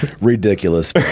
ridiculous